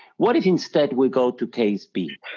what if instead we go to case b.